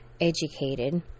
educated